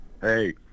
Hey